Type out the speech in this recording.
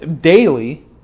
daily